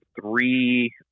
three